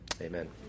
amen